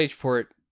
port